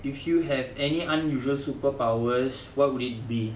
if you have any unusual superpowers what would it be